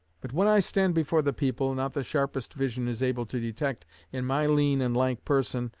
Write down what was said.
but when i stand before the people, not the sharpest vision is able to detect in my lean and lank person,